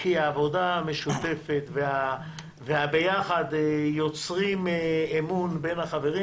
כי העבודה המשותפת והביחד יוצרים אמון בין החברים